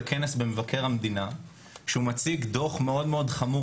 לכנס במבקר המדינה שהוא מציג דוח מאוד חמור